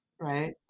right